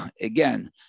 again